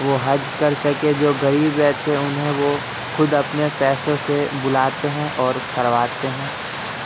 وہ حج کر سکیں جو غریب رہتے ہیں انہیں وہ خود اپنے پیسوں سے بلاتے ہیں اور کرواتے ہیں